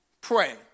pray